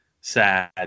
sad